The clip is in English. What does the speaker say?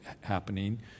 happening